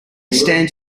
stands